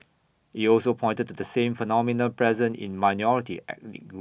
he also pointed to the same phenomena present in minority ethnic groups